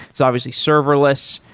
it's obviously serverless.